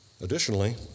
Additionally